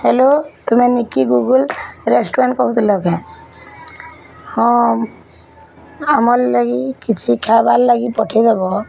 hello ତମେ ନିକି Google restaurant କହୁଥିଲ କେଁ ହଁ ଆମର୍ ଲାଗି କିଛି ଖାଏବା ଲାଗି ପଠେଇଦେବ